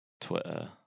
twitter